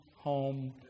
home